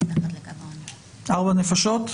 ארבע נפשות.